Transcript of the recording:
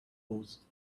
was